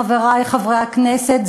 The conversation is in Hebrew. חברי חברי הכנסת,